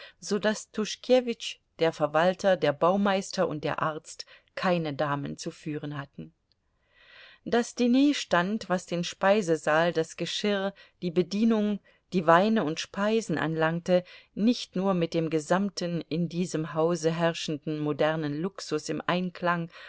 so daß tuschkewitsch der verwalter der baumeister und der arzt keine damen zu führen hatten das diner stand was den speisesaal das geschirr die bedienung die weine und speisen anlangte nicht nur mit dem gesamten in diesem hause herrschenden modernen luxus im einklang